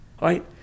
right